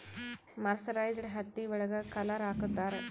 mercerised ಹತ್ತಿ ಒಳಗ colour ಹಾಕುತ್ತಾರೆ